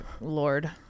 Lord